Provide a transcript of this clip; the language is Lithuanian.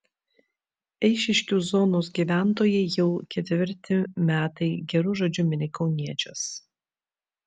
eišiškių zonos gyventojai jau ketvirti metai geru žodžiu mini kauniečius